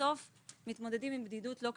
עדיין בסוף רובם מתמודדים עם בדידות לא קטנה.